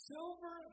Silver